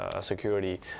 security